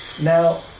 Now